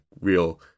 real